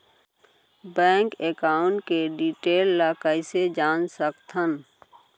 Bank account के detail ल कइसे जान सकथन?